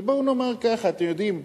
ובואו נאמר ככה אתם יודעים,